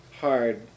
hard